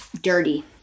dirty